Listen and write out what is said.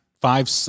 five